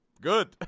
Good